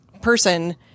person